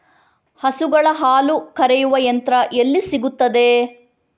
ಹಸುಗಳ ಹಾಲು ಕರೆಯುವ ಯಂತ್ರ ಎಲ್ಲಿ ಸಿಗುತ್ತದೆ?